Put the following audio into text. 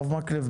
הרב מקלב,